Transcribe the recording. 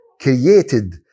created